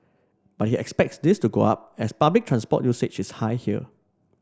but he expects this to go up as public transport usage is high here